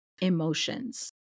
emotions